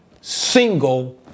single